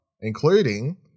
including